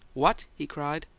what? he cried.